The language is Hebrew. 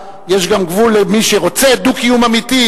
למי שרוצה דו-קיום אמיתי,